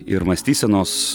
ir mąstysenos